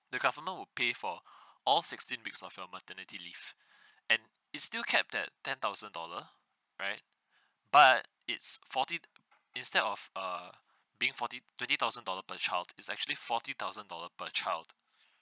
the government would pay for all sixteen weeks of your maternity leave and it's still kept that ten thousand dollar right but it's fourteen instead of err being forty twenty thousand dollar per child is actually forty thousand dollar per child